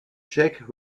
check